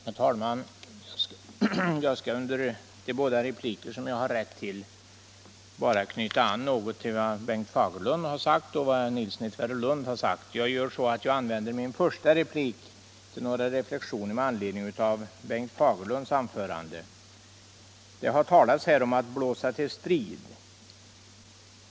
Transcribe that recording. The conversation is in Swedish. Herr talman! Jag skall i de båda repliker som jag har rätt till bara knyta an något till vad som har sagts av herr Fagerlund och herr Nilsson i Tvärålund. Jag använder min första replik till några reflexioner med anledning av Bengt Fagerlunds anförande. Det har talats om att blåsa till strid.